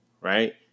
right